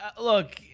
Look